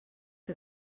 que